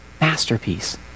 masterpiece